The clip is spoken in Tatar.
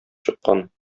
чыккан